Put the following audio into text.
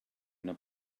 una